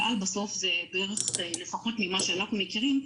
אל על בסוף זה בערך לפחות ממה שאנחנו מכירים,